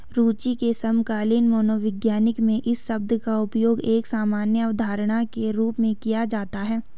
रूचि के समकालीन मनोविज्ञान में इस शब्द का उपयोग एक सामान्य अवधारणा के रूप में किया जाता है